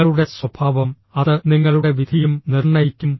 നിങ്ങളുടെ സ്വഭാവം അത് നിങ്ങളുടെ വിധിയും നിർണ്ണയിക്കും